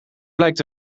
blijkt